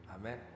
Amen